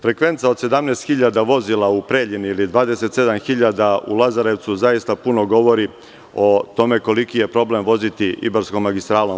Frekvenca od 17.000 vozila u Preljini ili 27.000 u Lazarevcu zaista puno govori o tome koliki je problem voziti Ibarskom magistralom.